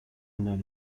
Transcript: known